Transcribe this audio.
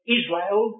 Israel